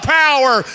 power